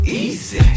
easy